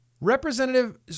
Representative